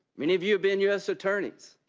many of you have been u s. attorneys.